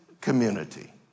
community